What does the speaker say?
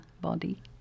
body